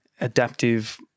adaptive